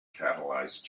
catalyze